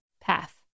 path